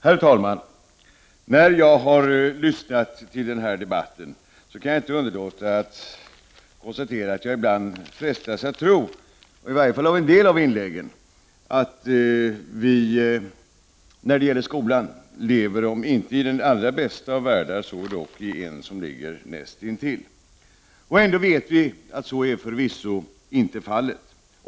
Herr talman! När jag har lyssnat på den här debatten har jag inte kunnat underlåta att konstatera att jag ibland frestas att tro — i varje fall av en del av inläggen — att vi vad gäller skolan lever om inte i den allra bästa av världar så dock i en värld som ligger nästintill. Ändå vet vi att så förvisso inte är fallet.